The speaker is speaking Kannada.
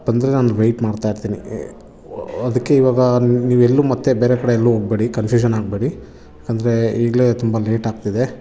ಬಂದರೆ ನಾನು ವೆಯ್ಟ್ ಮಾಡ್ತಾ ಇರ್ತೀನಿ ಅದಕ್ಕೆ ಈವಾಗ ನೀವೆಲ್ಲೂ ಮತ್ತೆ ಬೇರೆ ಕಡೆ ಎಲ್ಲೂ ಹೋಗ್ಬೇಡಿ ಕನ್ಫ್ಯೂಷನ್ ಆಗಬೇಡಿ ಅಂದರೆ ಈಗಲೇ ತುಂಬ ಲೇಟ್ ಆಗ್ತಿದೆ